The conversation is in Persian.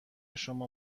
شما